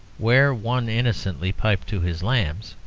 where one innocently piped to his lambs,